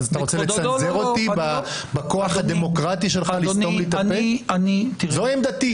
בשורה התחתונה אני נותר בעמדתי,